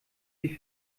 sich